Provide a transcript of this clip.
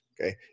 Okay